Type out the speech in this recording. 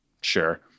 Sure